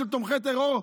של תומכי טרור,